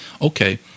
okay